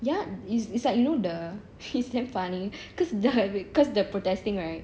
ya it's it's like you know the it's damn funny cause the like wait cause the protesting right